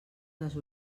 les